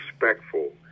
respectful